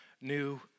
new